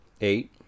Eight